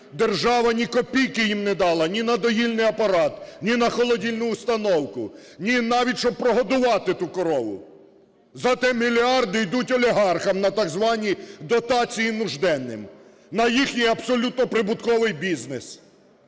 держава ні копійки їм не дала ні на доїльний апарат, ні на холодильну установку, ні навіть щоб прогодувати ту корову. Зате мільярди йдуть олігархам на так звані дотації нужденним, на їхній, абсолютно прибутковий, бізнес,